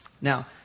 Now